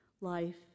life